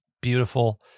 beautiful